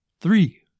three